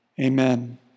Amen